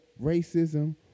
racism